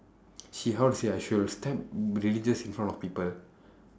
he how to say she'll stam~ religious in front of people